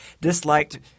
disliked